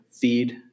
Feed